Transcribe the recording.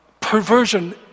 perversion